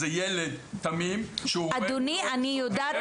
זה ילד תמים --- אדוני, אני יודעת.